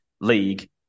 league